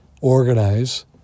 organize